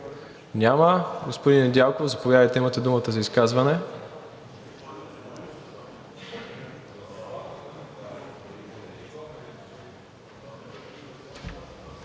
Няма. Господин Недялков, заповядайте, имате думата за изказване.